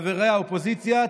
חברי האופוזיציה,